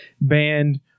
banned